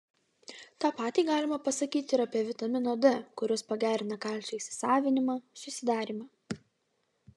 tą patį galima pasakyti ir apie vitamino d kuris pagerina kalcio įsisavinimą susidarymą